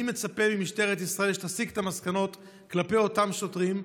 אני מצפה ממשטרת ישראל שתסיק את המסקנות כלפי אותם שוטרים,